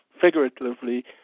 figuratively